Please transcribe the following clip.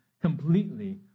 completely